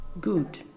good